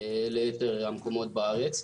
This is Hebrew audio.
ליתר המקומות בארץ.